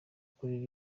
kuri